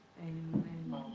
Amen